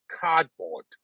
cardboard